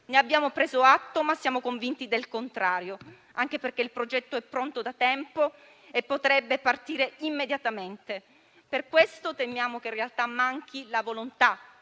Ne abbiamo preso atto, ma siamo convinti del contrario, anche perché il progetto è pronto da tempo e potrebbe partire immediatamente. Per questo temiamo che, in realtà, manchi la volontà